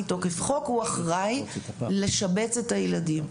הוא אחראי לשבץ את הילדים.